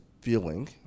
feeling